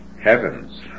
Heavens